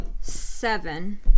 seven